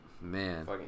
man